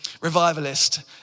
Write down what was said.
revivalist